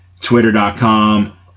twitter.com